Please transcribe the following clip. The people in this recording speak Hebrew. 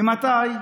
ממתי?